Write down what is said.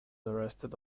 arrested